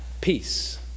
peace